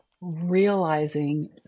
realizing